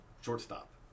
shortstop